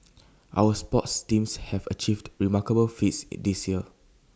our sports teams have achieved remarkable feats IT this year